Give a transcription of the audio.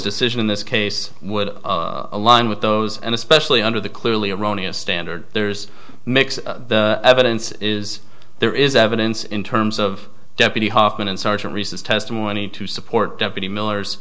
decision in this case would align with those and especially under the clearly erroneous standard there's mix the evidence is there is evidence in terms of deputy hoffman and sergeant reese is testimony to support deputy miller